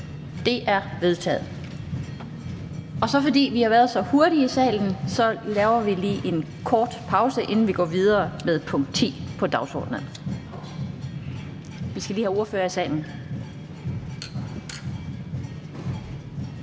Det er vedtaget. Fordi vi har været så hurtige i salen, holder vi lige en kort pause, inden vi går videre med punkt 10 på dagsordenen. --- Det næste